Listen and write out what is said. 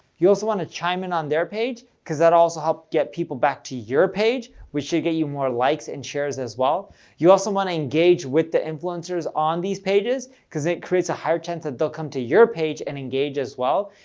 you also want to chime in on their page because that'll also help get people back to your page which should get you more likes and shares as well you also want to engage with the influencers on these pages because it creates a higher chance that they'll come to your page and engage as well.